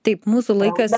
taip mūsų laikas